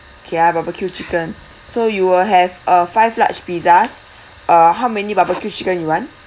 okay ah barbecue chicken so you will have uh five large pizzas uh how many barbecue chicken you want